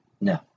No